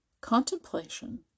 contemplation